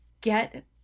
get